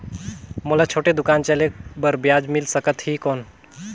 मोला छोटे दुकान चले बर ब्याज मिल सकत ही कौन?